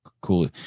Cool